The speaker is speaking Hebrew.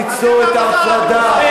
ליצור את ההפרדה,